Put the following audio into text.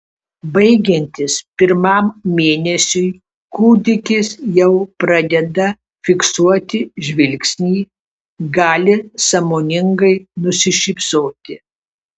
baigiantis pirmam mėnesiui kūdikis jau pradeda fiksuoti žvilgsnį gali sąmoningai nusišypsoti